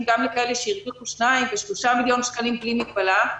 גם לכאלה שהרוויחו 2 ו-3 מיליון שקלים בלי מגבלה,